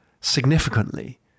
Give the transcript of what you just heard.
significantly